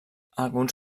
alguns